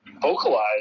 vocalize